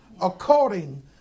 According